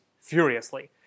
furiously